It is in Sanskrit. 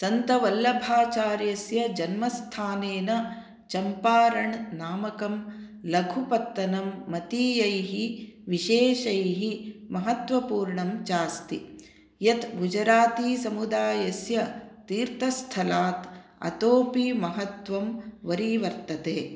सन्तवल्लभाचार्यस्य जन्मस्थानेन चम्पारण् नामकं लघुपत्तनं मतीयैः विशेषैः महत्वपूर्णं चास्ति यत् गुजरातीसमुदायस्य तीर्थस्थलात् अतोऽपि महत्त्वं वरीवर्तते